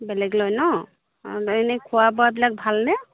বেলেগ লয় ন অঁ এনেই খোৱা বোৱাবিলাক ভালনে